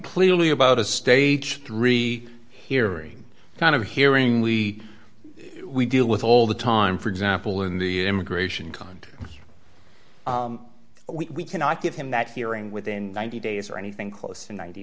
clearly about a stage three hearing kind of hearing we we deal with all the time for example in the immigration cond we cannot give him that hearing within ninety days or anything close to ninety